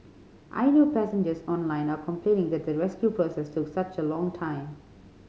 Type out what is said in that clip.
I know passengers online are complaining that the rescue process took such a long time